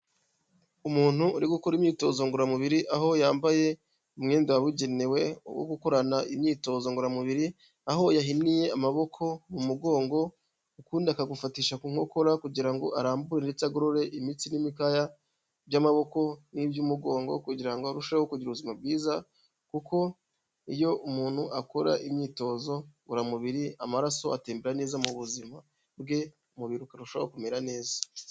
Umuntu uri gukora imyitozo ngororamubiri, aho yambaye umwenda wabugenewe wo gukorana imyitozo ngororamubiri, aho yahiniye amaboko mu mugongo ukundi akagufatisha ku nkokora kugira ngo arambure ndetse agorore imitsi n'imikaya by'amaboko n'iby'umugongo, kugira ngo arusheho kugira ubuzima bwiza kuko iyo umuntu akora imyitozo ngororamubiri amaraso atembera neza mu buzima bwe, umubiri ukarushaho kumera neza.